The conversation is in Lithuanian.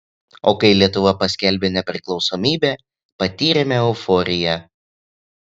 o kai lietuva paskelbė nepriklausomybę patyrėme euforiją